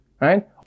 right